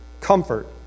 Comfort